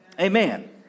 Amen